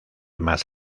más